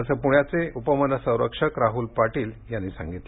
असं पुण्याचे उपवन संरक्षक राहुल पाटील यांनी सांगितलं